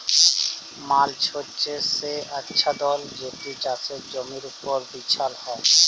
mulch হছে সে আচ্ছাদল যেট চাষের জমির উপর বিছাল হ্যয়